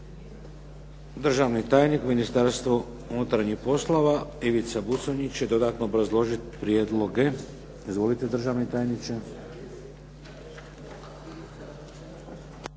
Državni tajnik u Ministarstvu unutarnjih poslova Ivica Buconjić će dodatno obrazložiti prijedloge. Izvolite državni tajniče.